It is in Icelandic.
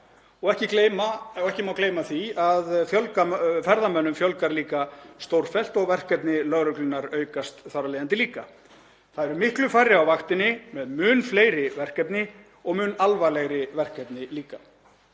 Ekki má gleyma því að ferðamönnum fjölgar líka stórfellt og verkefni lögreglunnar aukast þar af leiðandi líka. Það eru miklu færri á vaktinni með mun fleiri verkefni og mun alvarlegri verkefni líka.